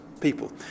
people